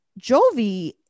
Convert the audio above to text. Jovi